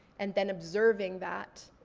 and then observing that.